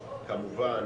כמובן.